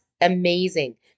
amazing